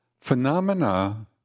phenomena